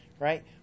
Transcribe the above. right